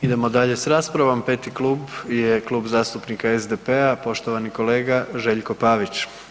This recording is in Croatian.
Idemo dalje sa raspravom, pet klub je Klub zastupnika SDP-a poštovani kolega Željko Pavić.